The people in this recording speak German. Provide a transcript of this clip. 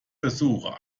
versuche